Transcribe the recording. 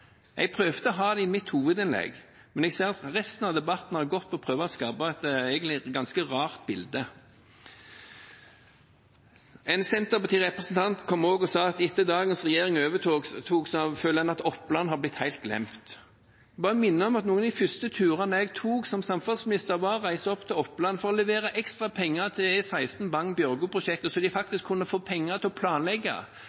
Jeg prøvde å ha det med i mitt hovedinnlegg, men jeg ser at resten av debatten har gått ut på egentlig å prøve å skape et ganske rart bilde. En Senterparti-representant sa også at etter at dagens regjering overtok, føler en at Oppland har blitt helt glemt. Jeg vil bare minne om at en av de første turene jeg tok som samferdselsminister, var å reise til Oppland for å levere ekstra penger til E16 Bagn–Bjørgo-prosjektet, slik at de